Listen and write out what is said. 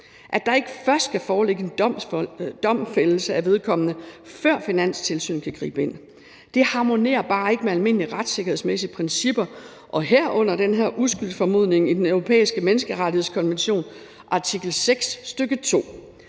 at der ikke skal foreligge en domfældelse af vedkommende, før Finanstilsynet kan gribe ind. Det harmonerer bare ikke med almindelige retssikkerhedsmæssige principper, herunder den her uskyldsformodning i Den Europæiske Menneskerettighedskonventions artikel 6, stk. 2.